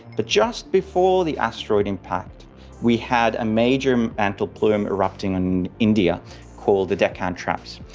but just before the asteroid impact we had a major mantle plume erupting in india called the deccan traps,